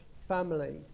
family